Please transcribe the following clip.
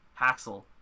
Haxel